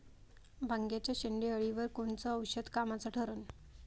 वांग्याच्या शेंडेअळीवर कोनचं औषध कामाचं ठरन?